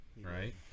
Right